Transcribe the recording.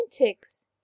antics